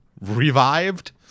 revived